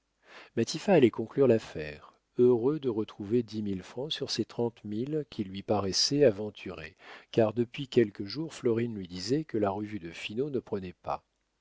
allait conclure l'affaire heureux de retrouver dix mille francs sur ses trente mille qui lui paraissaient aventurés car depuis quelques jours florine lui disait que la revue de finot ne prenait pas